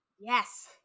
Yes